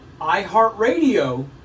iHeartRadio